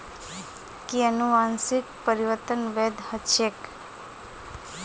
कि अनुवंशिक परिवर्तन वैध ह छेक